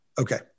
Okay